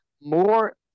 more